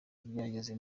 byageze